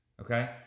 okay